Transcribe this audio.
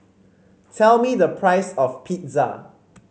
tell me the price of Pizza